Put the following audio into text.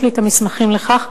יש לי המסמכים לכך,